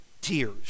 tears